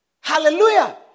Hallelujah